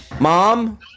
Mom